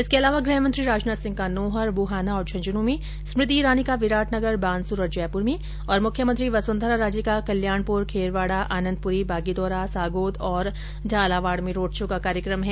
इसके अलावा गृह मंत्री राजनाथ सिंह का नोहर बुहाना और झुंझुनू में स्मृति ईरानी का विराटनगर बानसूर और जयपुर में तथा मुख्यमंत्री वसुंधरा राजे का कल्याणपुर खेरवाडा आनंदपुरी बागीदोरा सांगोद और झालावाड में रोड शो का कार्यकम है